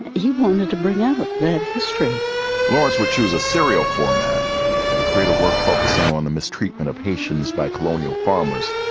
he wanted to bring out that history lawrence, which was a serial format and create a work focusing on the mistreatment of haitians by colonial farmers,